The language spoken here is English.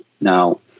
Now